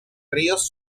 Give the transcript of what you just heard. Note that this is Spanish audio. ríos